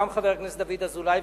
גם חבר הכנסת דוד אזולאי,